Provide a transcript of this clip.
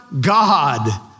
God